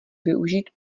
využít